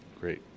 Great